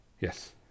Yes